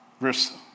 Verse